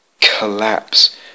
collapse